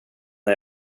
när